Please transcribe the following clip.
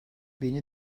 beni